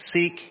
Seek